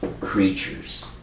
creatures